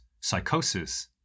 psychosis